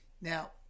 Now